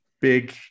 big